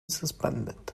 suspended